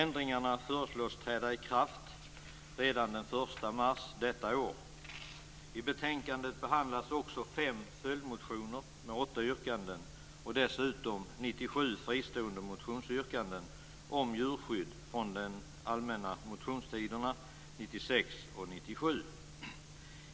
Ändringarna föreslås träda i kraft redan den 1 I betänkandet behandlas också fem följdmotioner med åtta yrkanden och dessutom 97 fristående motionsyrkanden om djurskydd från den allmänna motionstiden 1996 och 1997.